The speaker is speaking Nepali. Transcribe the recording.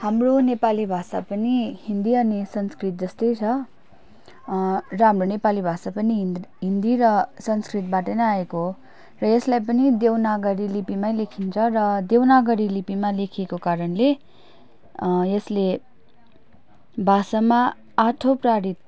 हाम्रो नेपाली भाषा पनि हिन्दी अनि संस्कृत जस्तै छ र हाम्रो नेपाली भाषा पनि हिन्दी हिन्दी र संस्कृतबाट नै आएको हो र यसलाई पनि देवनागरी लिपिमै लेखिन्छ र देवनागरी लिपिमा लेखिएको कारणले यसले भाषामा आठौँ प्रारित